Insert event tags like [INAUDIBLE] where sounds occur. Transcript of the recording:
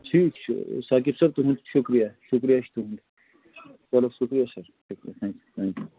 ٹھیٖک چھِ ساقِب صٲب تُہٕنٛد شُکریہ شُکریہ چھِ تُہُنٛد چلو سُکریہ سَر [UNINTELLIGIBLE] تھینکیوٗ تھینکیوٗ